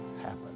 happen